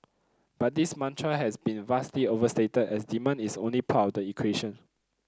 but this mantra has been vastly overstated as demand is only part of the equation